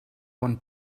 bon